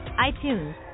iTunes